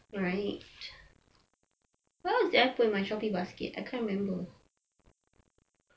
alright where was I put the shopping basket I can't remember